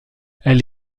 elle